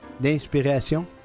d'inspiration